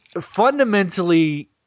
fundamentally